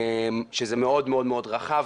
וזה מאוד רחב,